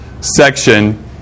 section